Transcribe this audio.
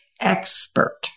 expert